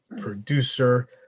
producer